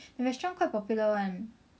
the restaurant quite popular [one]